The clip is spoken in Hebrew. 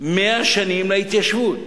שנים להתיישבות,